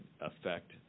affect